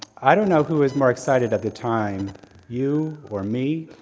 i don't know who's more excited at the time you, or me,